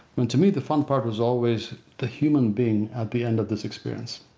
and to me the fun part was always the human being at the end of this experience.